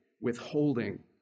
withholding